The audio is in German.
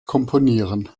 komponieren